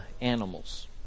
animals